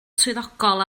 swyddogol